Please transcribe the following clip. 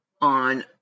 On